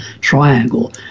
triangle